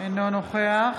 אינו נוכח